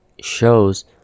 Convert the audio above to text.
shows